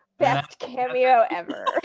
best cameo ever.